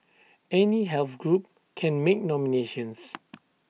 any health group can make nominations